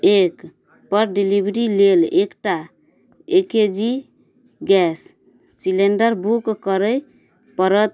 एकपर डिलिवरी लेल एकटा ए के जी गैस सिलेण्डर बुक करै पड़त